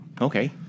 Okay